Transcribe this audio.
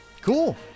Cool